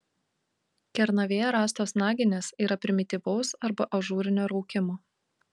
kernavėje rastos naginės yra primityvaus arba ažūrinio raukimo